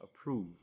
approve